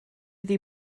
iddi